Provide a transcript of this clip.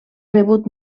rebut